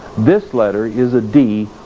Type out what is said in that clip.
this letter is a d,